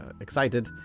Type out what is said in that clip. excited